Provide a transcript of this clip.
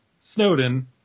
Snowden